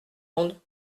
monde